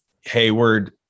Hayward